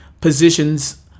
positions